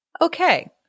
okay